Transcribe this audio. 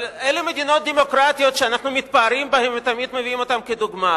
אבל אלה מדינות דמוקרטיות שאנחנו מתפארים בהן ותמיד מביאים אותן כדוגמה,